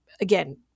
again